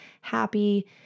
happy